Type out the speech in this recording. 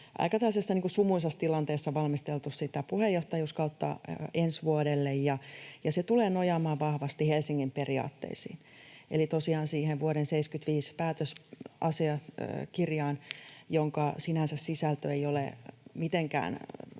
tällaisessa aika sumuisessa tilanteessa valmisteltu sitä puheenjohtajuuskautta ensi vuodelle, ja se tulee nojaamaan vahvasti Helsingin periaatteisiin eli tosiaan siihen vuoden 75 päätösasiakirjaan, jonka sisältö ei ole sinänsä